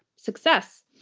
success.